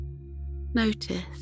Notice